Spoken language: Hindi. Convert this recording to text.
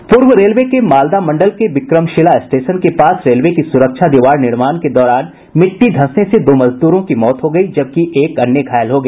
पूर्व रेलवे के मालदा मंडल के विक्रमशिला स्टेशन के पास रेलवे की सुरक्षा दीवार निर्माण के दौरान मिट्टी धँसने से दो मजदूरों की मौत हो गयी जबकि एक अन्य घायल हो गया